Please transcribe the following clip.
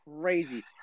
Crazy